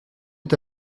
est